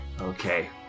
Okay